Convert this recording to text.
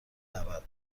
نود